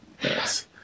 Yes